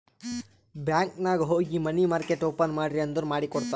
bank ನಾಗ್ ಹೋಗಿ money market open ಮಾಡ್ರಿ ಅಂದುರ್ ಮಾಡಿ ಕೊಡ್ತಾರ್